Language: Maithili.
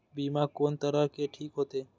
बीमा कोन तरह के ठीक होते?